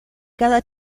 cada